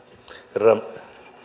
herra